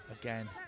Again